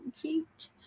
cute